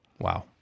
Wow